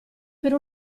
per